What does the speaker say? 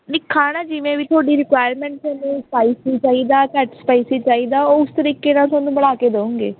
ਨਹੀਂ ਖਾਣਾ ਜਿਵੇਂ ਵੀ ਤੁਹਾਡੀ ਰਿਕੁਆਇਰਮੈਂਟ ਤੁਹਾਨੂੰ ਸਪਾਈਸੀ ਚਾਹੀਦਾ ਘੱਟ ਸਪਾਈਸੀ ਚਾਹੀਦਾ ਉਹ ਉਸ ਤਰੀਕੇ ਨਾਲ ਤੁਹਾਨੂੰ ਬਣਾ ਕੇ ਦਊਂਗੇ